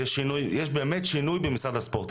יש באמת שינוי במשרד הספורט.